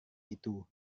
itu